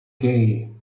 gay